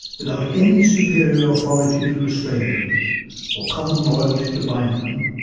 without any superior authority to restrain them or common loyalty to bind them,